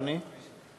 אדוני.